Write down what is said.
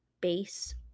base